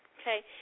Okay